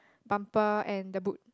bumper and the boot